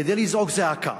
כדי לזעוק זעקה